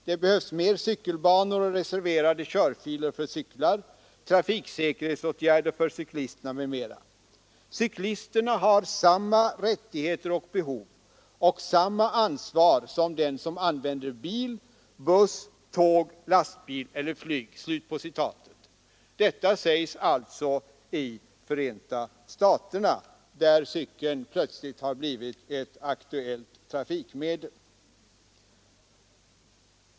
Det behövs mer cykelbanor och reserverade körfiler för cyklar, trafiksäkerhetsåtgärder för cyklisterna m.m. Cyklisterna har samma rättigheter och behov och samma ansvar som den som använder bil, buss, tåg, lastbil eller flyg.” Detta sägs alltså i Förenta staterna, där cykeln plötsligt har blivit ett aktuellt trafikmedel.